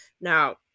Now